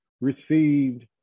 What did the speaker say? received